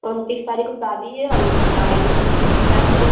उनतीस तारीख को शादी है हम आएँगे उसी तारीख को